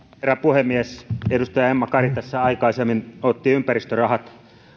herra puhemies edustaja emma kari tässä aikaisemmin otti ympäristörahat